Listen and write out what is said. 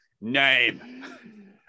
name